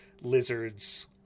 lizards